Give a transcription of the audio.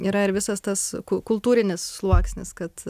yra ir visas tas kultūrinis sluoksnis kad